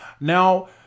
Now